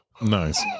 Nice